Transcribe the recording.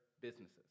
businesses